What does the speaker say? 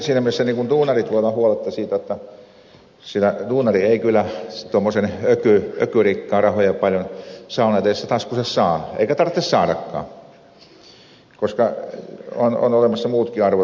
siinä mielessä duunarit voivat olla huoletta jotta duunari ei kyllä tuommoisen ökyrikkaan rahoja paljon saunan edessä taskuunsa saa eikä tarvitse saadakaan koska on olemassa muutkin arvot